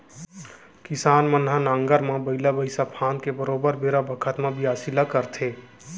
किसान मन ह नांगर म बइला भईंसा फांद के बरोबर बेरा बखत म बियासी ल करथे